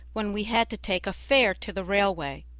when we had to take a fare to the railway.